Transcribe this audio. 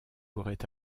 pourrait